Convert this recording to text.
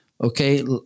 Okay